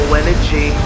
energy